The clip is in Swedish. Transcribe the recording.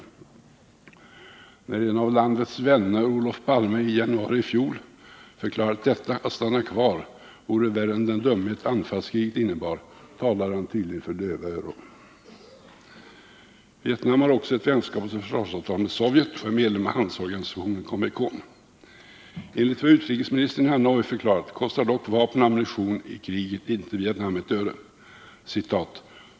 När en av landets vänner, Olof Palme, i januari i fjol förklarade att detta att stanna kvar vore värre än den dumhet anfallskriget innebar talade han tydligen för döva öron. Vietnam har också ett vänskapsoch försvarsavtal med Sovjet och är medlem av handelsorganisationen Comecon. Enligt vad utrikesministern i Hanoi förklarat kostar dock vapen och ammunition i kriget inte Vietnam ett öre.